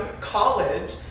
college